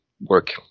work